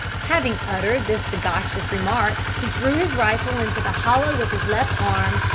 having uttered this sagacious remark, he threw his rifle into the hollow of his left arm,